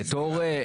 נכון.